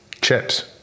Chips